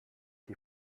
die